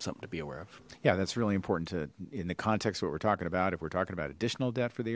something to be aware of yeah that's really important too in the context what we're talking about if we're talking about additional debt for the